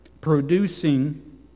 producing